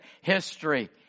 history